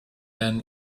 then